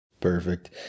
Perfect